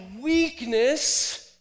weakness